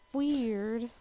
weird